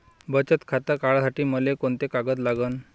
बचत खातं काढासाठी मले कोंते कागद लागन?